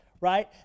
right